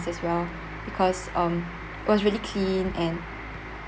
nice as well because um it was really clean and